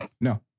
no